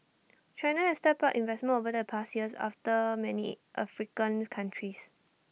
China has stepped up investment over the past years after many African countries